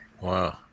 Wow